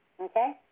Okay